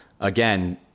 Again